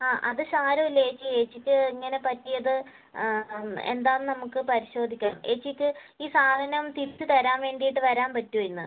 ആ അത് സാരമില്ല ചേച്ചി ചേച്ചിക്ക് ഇങ്ങനെ പറ്റിയത് എന്താണെന്ന് നമ്മൾക്ക് പരിശോധിക്കാം ചേച്ചിക്ക് ഈ സാധനം തിരിച്ച് തരാൻ വേണ്ടിയിട്ട് വരാൻ പറ്റുമോ ഇന്ന്